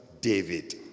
David